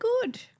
Good